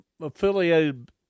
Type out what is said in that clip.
affiliated